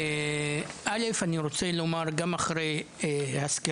ואני בעד ההסדרה שלהם.